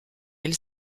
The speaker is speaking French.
elle